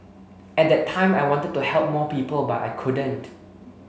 at that time I wanted to help more people but I couldn't